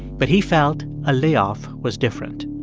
but he felt a layoff was different.